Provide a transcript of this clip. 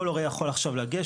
כל הורה יכול עכשיו לגשת,